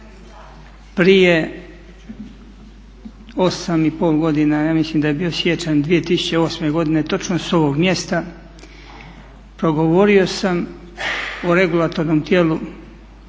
Prije 8,5 godina, ja mislim da je bio siječanj 2008.godine, točno s ovog mjesta progovorio sam o regulatornom tijelu